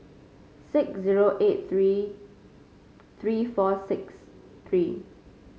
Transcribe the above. six zero eight three three four six three